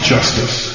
Justice